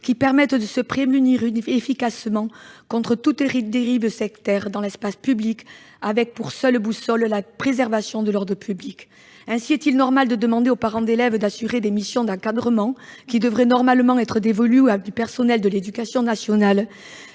qui permettent de se prémunir efficacement contre toute dérive sectaire dans l'espace public, avec pour seule boussole la préservation de l'ordre public. Ainsi est-il normal de demander aux parents d'élèves d'assurer des missions d'encadrement qui devraient normalement être dévolues à du personnel de l'éducation nationale ?